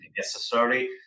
necessary